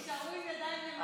תישארו עם ידיים למעלה הרבה זמן.